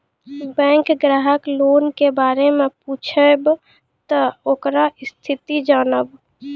Bank ग्राहक loan के बारे मैं पुछेब ते ओकर स्थिति जॉनब?